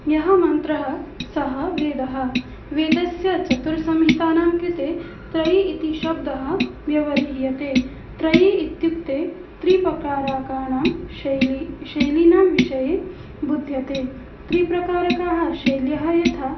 यः मन्त्रः सः वेदः वेदस्य चतुस्संहितानां कृते त्रयी इति शब्दः व्यवह्रियते त्रयी इत्युक्ते त्रिप्रकारकाणां शैली शैलीनां विषये बुध्यते त्रिप्रकारकाः शैल्यः यथा